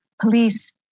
police